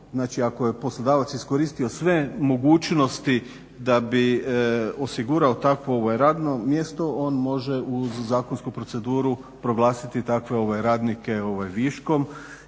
znači ako je poslodavac iskoristio sve mogućnosti da bi osigurao tako radno mjesto on može uz zakonsku proceduru proglasiti takve radnike viškom.